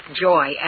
joy